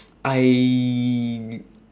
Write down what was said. I